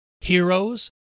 heroes